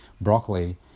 broccoli